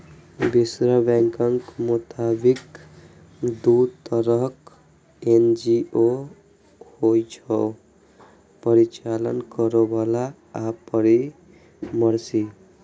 विश्व बैंकक मोताबिक, दू तरहक एन.जी.ओ होइ छै, परिचालन करैबला आ परामर्शी